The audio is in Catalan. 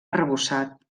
arrebossat